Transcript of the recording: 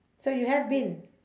so you have been